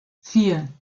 vier